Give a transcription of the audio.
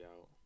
out